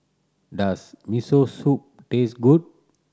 does Miso Soup taste good